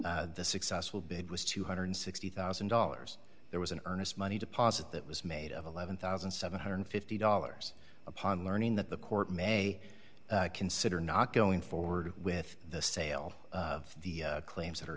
other the successful bid was two hundred and sixty thousand dollars there was an earnest money deposit that was made of eleven thousand seven hundred and fifty dollars upon learning that the court may consider not going forward with the sale of the claims that are